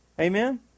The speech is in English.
Amen